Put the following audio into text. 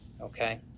Okay